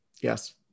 Yes